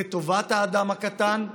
לטובת האדם הקטן,